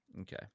okay